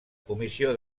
comissió